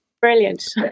Brilliant